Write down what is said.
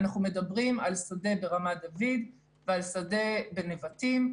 אנחנו מדברים על שדה ברמת דוד ועל שדה בנבטים.